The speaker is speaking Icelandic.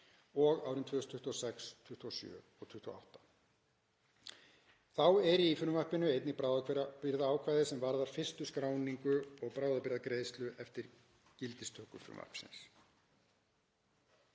og árin 2026, 2027 og 2028. Þá er í frumvarpinu m.a. einnig að finna bráðabirgðaákvæði sem varðar fyrstu skráningu og bráðabirgðagreiðslu eftir gildistöku frumvarpsins.